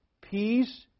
peace